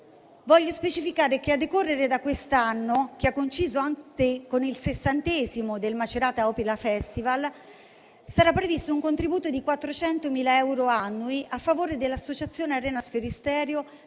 voglio specificare che a decorrere da quest'anno, che ha coinciso con il sessantesimo del Macerata Opera Festival, sarà previsto un contributo di 400.000 euro annui a favore dell'Associazione Arena Sferisterio